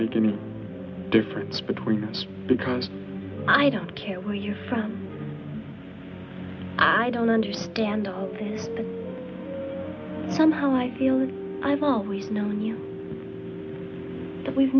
make any difference between us because i don't care where you're from i don't understand him somehow i feel like i've always known you we've